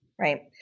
Right